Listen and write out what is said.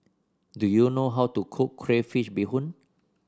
do you know how to cook Crayfish Beehoon